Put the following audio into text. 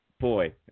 Boy